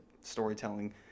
storytelling